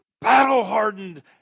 battle-hardened